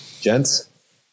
Gents